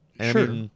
Sure